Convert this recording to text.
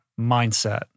mindset